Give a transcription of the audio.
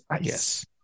Yes